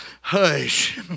Hush